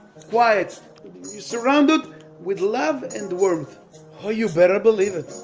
quiet, surrounded with love and warmth, oh you better believe it,